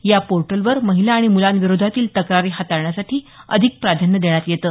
या पोर्टलवर महिला आणि मुलांविरोधातील तक्रारी हाताळण्यासाठी अधिक प्राधान्य देण्यात येतं